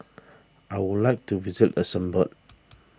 I would like to visit Luxembourg